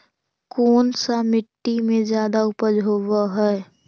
कोन सा मिट्टी मे ज्यादा उपज होबहय?